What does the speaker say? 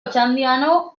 otxandiano